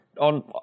on